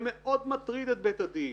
זה מאוד מטריד את בית הדין,